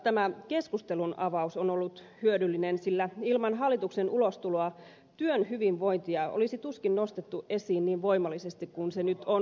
kokonaisuudessaan tämä keskustelunavaus on ollut hyödyllinen sillä ilman hallituksen ulostuloa työhyvinvointia olisi tuskin nostettu esiin niin voimallisesti kuin se nyt on noussut